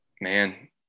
Man